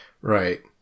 right